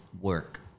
work